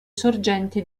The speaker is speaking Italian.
sorgente